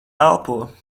elpo